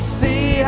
see